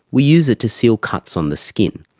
we use it to seal cuts on the skin.